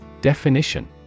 Definition